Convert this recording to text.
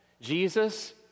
Jesus